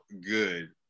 good